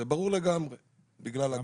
זה ברור לגמרי בגלל הגודל.